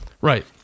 Right